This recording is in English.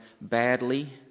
badly